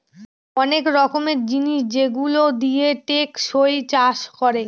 অনেক রকমের জিনিস যেগুলো দিয়ে টেকসই চাষ করে